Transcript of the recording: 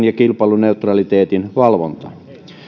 ja kilpailuneutraliteetin valvontaa